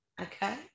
Okay